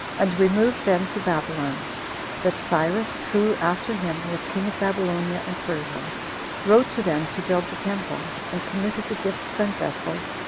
and removed them to babylon that cyrus, who, after him, was king of babylonia and persia wrote to them to build the temple, and committed the gifts and vessels,